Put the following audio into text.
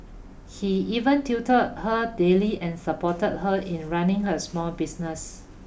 he even tutored her daily and supported her in running her small business